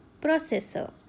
processor